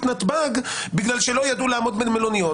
נתב"ג בגלל שלא ידעו לעמוד במלוניות.